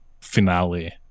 finale